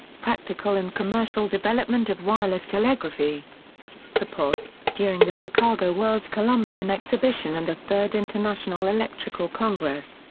practical and commercial development of wireless telegraphy popov during the chicago world's columbian exhibition and the third international electrical congress,